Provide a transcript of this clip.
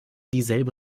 dieselbe